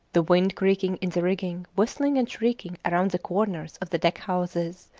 the wind creaking in the rigging, whistling and shrieking around the corners of the deck houses,